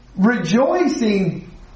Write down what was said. Rejoicing